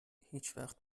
هیچوقت